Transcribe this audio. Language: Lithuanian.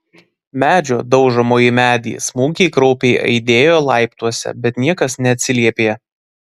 medžio daužomo į medį smūgiai kraupiai aidėjo laiptuose bet niekas neatsiliepė